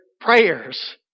prayers